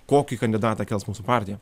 kokį kandidatą kels mūsų partija